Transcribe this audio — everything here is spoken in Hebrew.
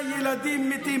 אני מבקש לתת לי,